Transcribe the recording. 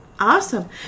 Awesome